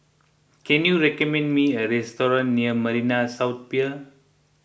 can you recommend me a restaurant near Marina South Pier